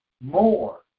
more